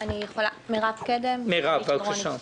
בבקשה.